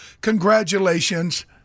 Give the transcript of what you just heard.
congratulations